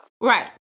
Right